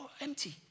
empty